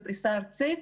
בפריסה ארצית,